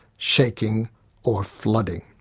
shaking or flooding.